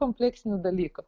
kompleksinių dalykų